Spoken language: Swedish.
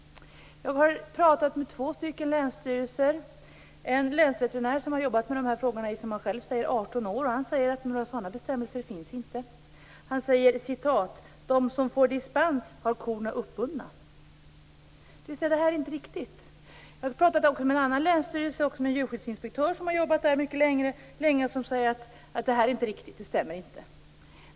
Jag har talat med två länsstyrelser. En länsveterinär, som enligt egen uppgift har arbetat med de här frågorna i 18 år, säger att några sådana bestämmelser finns inte. Han säger: "De som får dispens har korna uppbundna". Jag har också talat med en annan länsstyrelse och en djurskyddsinspektör som har arbetat där mycket länge, och han säger att detta inte stämmer.